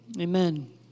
Amen